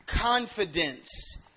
confidence